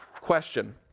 question